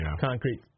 Concrete